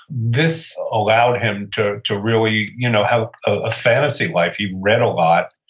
this allowed him to to really you know have a fantasy life. he read a lot.